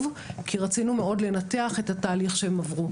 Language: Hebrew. כי רצינו מאוד לנתח את התהליך שהם עברו